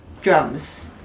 Drums